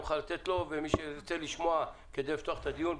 אני אאפשר לו להתייחס מי שירצה לשמוע כדי לפתוח את הדיון,